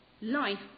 Life